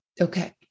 Okay